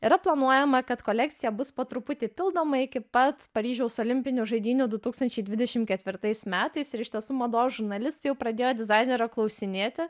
yra planuojama kad kolekcija bus po truputį pildoma iki pat paryžiaus olimpinių žaidynių du tūkstančiai dvidešim ketvirtais metais ir iš tiesų mados žurnalistai jau pradėjo dizainerio klausinėti